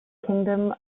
kingdom